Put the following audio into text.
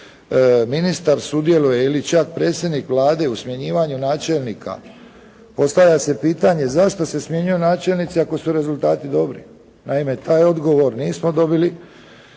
ministar sudjeluje ili čak predsjednik Vlade u smjenjivanju načelnika. Postavlja se pitanje zašto se smjenjuju načelnici ako su rezultati dobri. Naime, taj odgovor nismo dobili,